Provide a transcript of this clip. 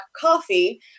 coffee